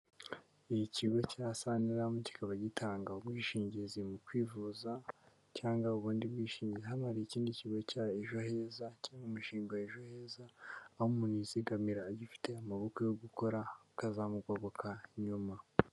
Ikigo cya SANLAM kikaba gitanga ubwishingizi mu kwivuza cyangwa ubundi bwishingizi, hano hari ikindi kigo cya ejo heza, cyangwa umushinga wa ejo heza, aho umuntu yizigamira agifite amaboko yo gukora, akazamugoboka nyuma.